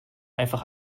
einfach